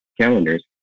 calendars